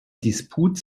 disput